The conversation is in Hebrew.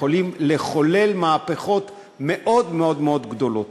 יכולים לחולל מהפכות מאוד מאוד מאוד גדולות.